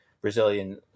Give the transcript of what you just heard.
Brazilian